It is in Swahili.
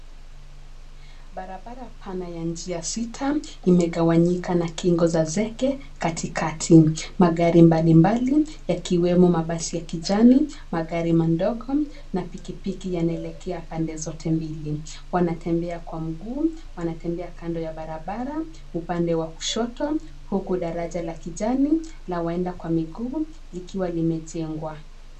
Barabara pana ya njia sita imegawanyika kwa kingo za zeke katikati. Magari mbalimbali yakiwemo mabasi ya kijani magari mandogo na pikipiki yanaelekea pande zote mbili. Wanatembea kwa mguu, wanatembea kando ya barabara upande wa kushoto huku daraja la kijani la waenda kwa miguu likiwa limejengwa.